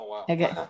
Okay